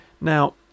Now